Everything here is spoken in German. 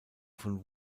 von